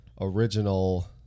original